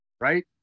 right